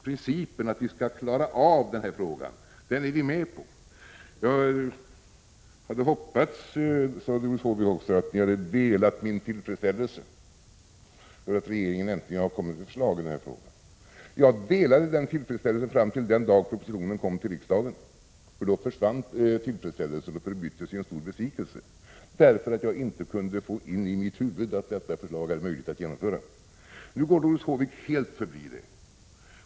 Principen att vi skall klara av denna fråga är vi med på. Jag hade hoppats att — det sade också Doris Håvik — vi hade kunnat känna tillfredsställelse med att regeringen äntligen har kommit med ett förslag i denna fråga. Jag kände tillfredsställelse fram till den dag propositionen kom till riksdagen. Då försvann tillfredsställelsen och förbyttes i en stor besvikelse, därför att jag inte kunde få in i mitt huvud att detta förslag var möjligt att genomföra. Nu går Doris Håvik helt förbi det.